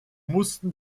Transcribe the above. mussten